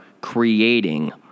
creating